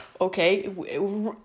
okay